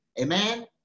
Amen